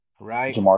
right